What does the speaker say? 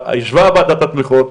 ישבה ועדת התמיכות,